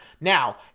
Now